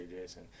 Jason